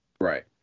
right